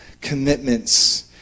commitments